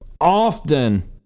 often